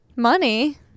Money